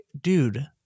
dude